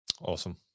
Awesome